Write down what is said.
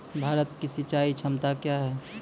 भारत की सिंचाई क्षमता क्या हैं?